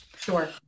Sure